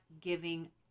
giving